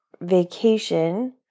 vacation